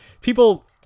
people